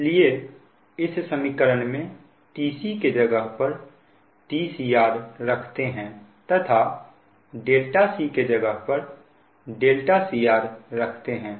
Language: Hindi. इसलिए इस समीकरण में tc के जगह पर tcrरखते हैं तथा c के जगह पर cr रखते हैं